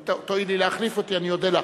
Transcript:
אם תואילי להחליף אותי אני אודה לך.